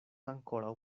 ankoraŭ